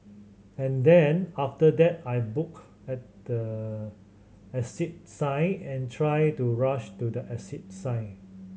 and then after that I booked at the exit sign and tried to rush to the exit sign